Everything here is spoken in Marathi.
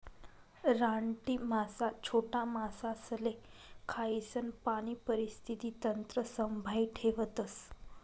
रानटी मासा छोटा मासासले खायीसन पाणी परिस्थिती तंत्र संभाई ठेवतस